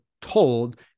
told